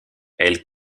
elles